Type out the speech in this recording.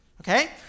Okay